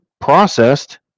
processed